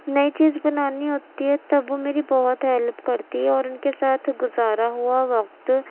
نئی چیز بنانی ہوتی ہے تب وہ میری بہت ہیلپ کرتی ہے اور ان کے ساتھ گزارا ہوا وقت